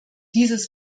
dieses